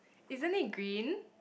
isn't it green